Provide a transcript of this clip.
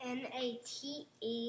n-a-t-e